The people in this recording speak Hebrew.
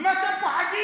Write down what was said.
ממה אתם פוחדים?